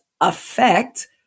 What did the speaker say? affect